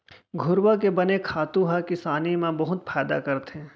घुरूवा के बने खातू ह किसानी म बहुत फायदा करथे